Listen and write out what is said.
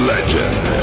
Legend